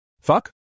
Fuck